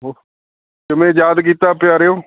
ਹੋਰ ਕਿਵੇਂ ਯਾਦ ਕੀਤਾ ਪਿਆਰਿਓ